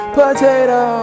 potato